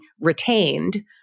retained